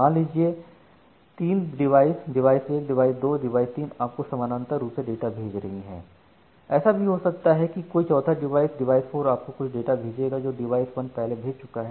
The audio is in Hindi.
मान लीजिए 3 डिवाइसेज डिवाइस 1 डिवाइस 2 डिवाइस 3 आपको समानांतर रूप से डाटा भेज रही हैं ऐसा भी हो सकता है की कोई चौथा डिवाइस डिवाइस 4 आपको कुछ डाटा भेजेगा जो डिवाइस 1 पहले भेज चुका है